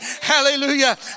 Hallelujah